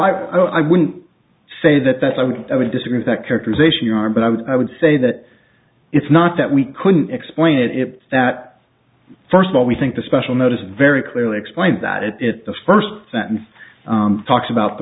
i wouldn't say that that i would i would disagree with that characterization are but i would i would say that it's not that we couldn't explain it it's that first of all we think the special notice very clearly explained that it the first sentence talks about the